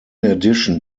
addition